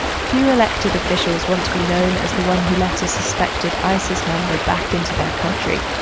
few elected officials want to be known as the one who let a suspected isis member back into their country